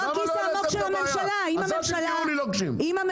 כי אנחנו לא הכיס העמוק של הממשלה.